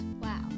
wow